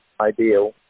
ideal